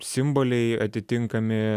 simboliai atitinkami